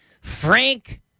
Frank